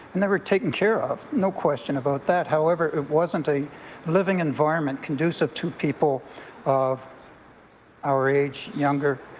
and they were taken care of, no question about that, however it wasn't a living environment conducive to people of our age, younger,